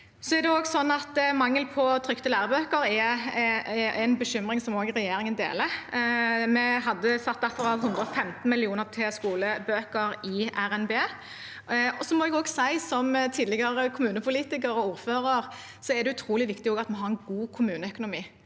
Mangel på trykte lærebøker er en bekymring regjeringen deler. Vi satte derfor av 115 mill. kr til skolebøker i RNB. Jeg må også si at som tidligere kommunepolitiker og ordfører er det utrolig viktig at vi har en god kommuneøkonomi